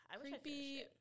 Creepy